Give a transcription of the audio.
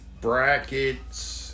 brackets